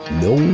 no